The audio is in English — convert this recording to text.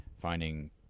finding